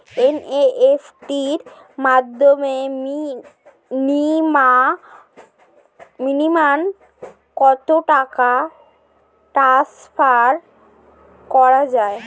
NEFT র মাধ্যমে minimum কত টাকা টান্সফার করা যায়?